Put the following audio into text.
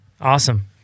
Awesome